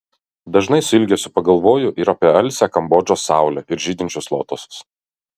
dažnai su ilgesiu pagalvoju ir apie alsią kambodžos saulę ir žydinčius lotosus